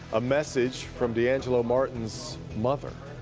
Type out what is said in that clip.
a message from d'angelo martin's mother.